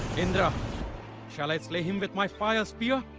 indra, shall i slay him with my fire spear?